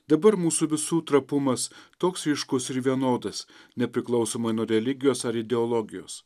dabar mūsų visų trapumas toks ryškus ir vienodas nepriklausomai nuo religijos ar ideologijos